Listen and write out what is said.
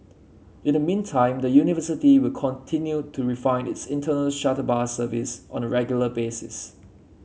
in the meantime the university will continue to refine its internal shuttle bus service on a regular basis